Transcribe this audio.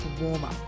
warmer